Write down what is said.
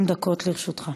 30 דקות לרשותך.